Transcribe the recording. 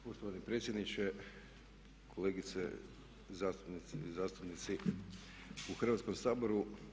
Poštovani predsjedniče, kolegice zastupnice i zastupnici u Hrvatskom saboru.